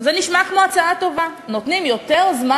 זה נשמע כמו הצעה טובה: נותנים יותר זמן